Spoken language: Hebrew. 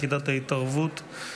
יחידת ההתערבות.